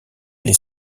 les